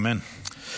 אמן.